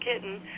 kitten